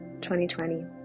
2020